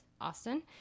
Austin